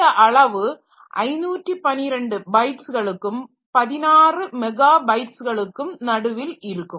இந்த அளவு 512 பைட்ஸ்களுக்கும் 16 மெகா பைட்ஸ்களுக்கும் நடுவில் இருக்கும்